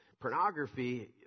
pornography